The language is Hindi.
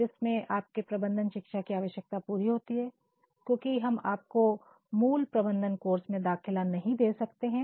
जिसमें आपके प्रबंधन शिक्षा की आवश्यकता पूरी होती है क्योंकि हम आपको मूल प्रबंधन कोर्स में दाखिला नहीं दे सकते हैं